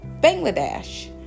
Bangladesh